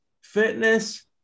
fitness